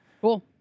Cool